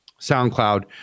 SoundCloud